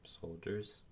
soldiers